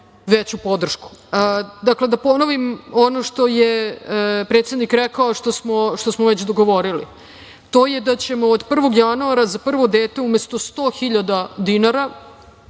veću podršku. Dakle, da ponovim ono što je predsednik rekao, što smo već dogovorili, to je da ćemo do 1. januara za prvo dete umesto 100.000 dinara